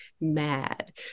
mad